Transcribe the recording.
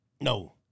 No